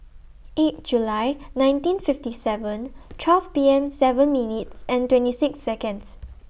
eight July nineteen fifty seven twelve P M seven minutes and twenty six Seconds